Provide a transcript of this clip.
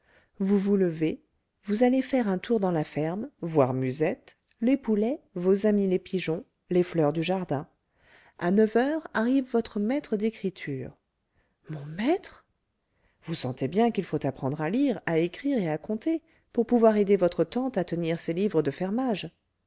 vous vous levez vous allez faire un tour dans la ferme voir musette les poulets vos amis les pigeons les fleurs du jardin à neuf heures arrive votre maître d'écriture mon maître vous sentez bien qu'il faut apprendre à lire à écrire et à compter pour pouvoir aider votre tante à tenir ses livres de fermage